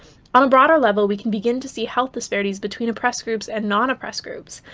on a broader level, we can begin to see health disparities between oppressed groups and non-oppressed groups,